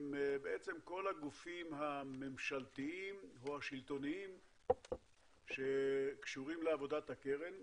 עם כל הגופים הממשלתיים או השלטוניים שקשורים לעבודת הקרן,